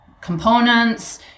components